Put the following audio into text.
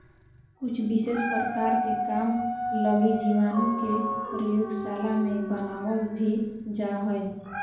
कुछ विशेष प्रकार के काम लगी जीवाणु के प्रयोगशाला मे बनावल भी जा हय